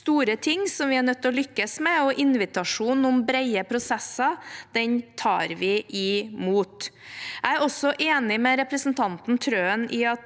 store ting som vi er nødt til å lykkes med. Invitasjonen om brede prosesser tar vi imot. Jeg er også enig med representanten Trøen i at